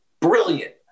brilliant